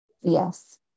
yes